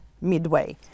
midway